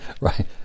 Right